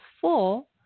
full